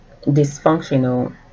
dysfunctional